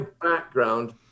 background